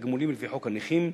ותגמולים לפי חוק הנכים,